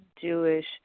Jewish